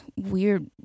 weird